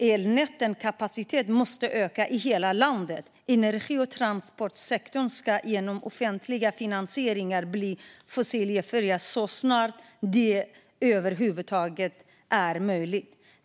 Elnätens kapacitet måste öka i hela landet. Energi och transportsektorerna ska genom offentliga investeringar bli fossilfria så snart det över huvud taget är möjligt.